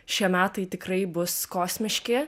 šie metai tikrai bus kosmiški